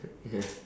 ya